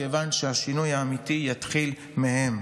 כיוון שהשינוי האמיתי יתחיל מהם.